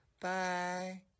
Bye